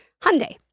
Hyundai